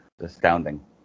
Astounding